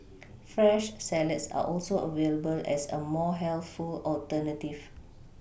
fresh salads are also available as a more healthful alternative